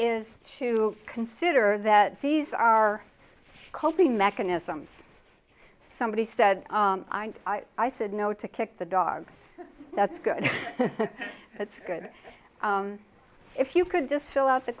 is to consider that these are coping mechanisms somebody said i said no to kick the dog that's good that's good if you could just fill out the